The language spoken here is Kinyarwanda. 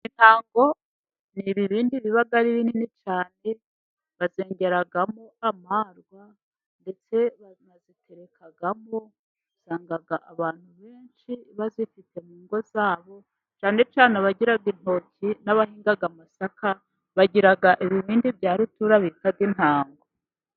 Intango ni ibibindi biba ari binini cyane bazengeramo amarwa, ndetse banaziterekamo, usanga abantu benshi bazifite mu ngo za bo, cyane cyane abagira intoki n'abahinga amasaka, bagira ibibindi bya rutura bita intango.